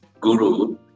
Guru